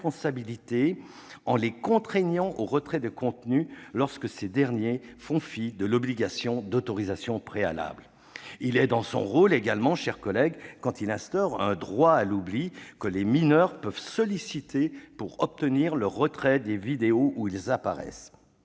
en les contraignant au retrait des contenus lorsque les diffuseurs de ces derniers font fi de l'obligation d'autorisation préalable. Il est également dans son rôle, chers collègues, quand il instaure un droit à l'oubli que les mineurs peuvent solliciter pour obtenir le retrait des vidéos où ils apparaissent.